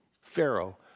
Pharaoh